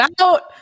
out